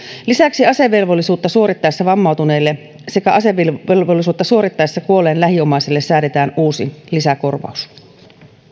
lisäksi asevelvollisuutta suorittaessa vammautuneille sekä asevelvollisuutta suorittaessa kuolleen lähiomaisille säädetään uusi lisäkorvaus